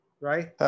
right